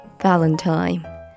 Valentine